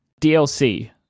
DLC